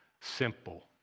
Simple